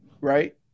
right